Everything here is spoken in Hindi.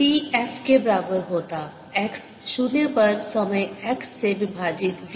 t f के बराबर होता x 0 पर समय x से विभाजित v